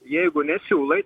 jeigu nesiūlai